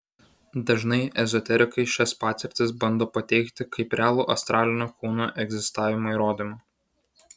dažnai ezoterikai šias patirtis bando pateikti kaip realų astralinio kūno egzistavimo įrodymą